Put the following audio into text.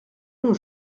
nos